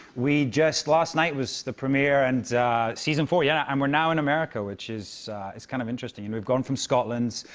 we just last night was the premiere, and season four, yeah. and we're now in america, which is it's kind of interesting. and we've gone from scotland.